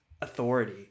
authority